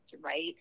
right